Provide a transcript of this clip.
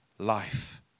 Life